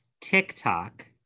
TikTok